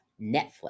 Netflix